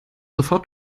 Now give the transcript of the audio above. sofort